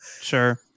Sure